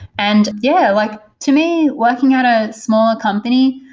and yeah, like to me, working at a smaller company,